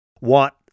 want